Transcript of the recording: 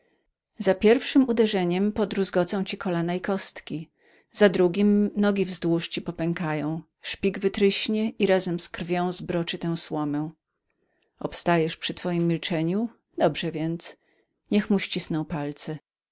za pierwszem uderzeniem podruzgocą ci kolana i kostki za drugiem nogi wzdłuż ci popękają szpik wytryśnie i razem z krwią zbroczy tę słomę obstajesz przy twojem milczeniu dobrze więc niech mu ścisną palce